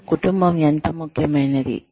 మీకు కుటుంబం ఎంత ముఖ్యమైనది